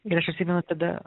ir aš atsimenu tada